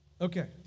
Okay